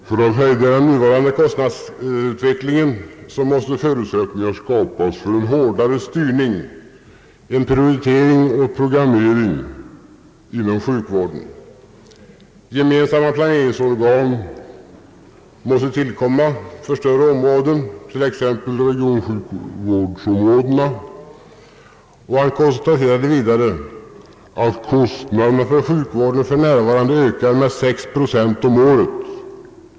»För att hejda den nuvarande kostnadsutvecklingen måste förutsättningar skapas för en hårdare styrning, prioritering och programmering inom sjukvården. Gemensamma planeringsorgan måste tillkomma för större områden, t.ex. regionsjukvården.» Han konstaterade vidare att kostnaderna för sjukvården för närvarande ökar med 16 procent om året.